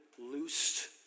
loosed